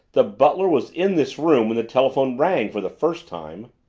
the butler was in this room when the telephone rang for the first time.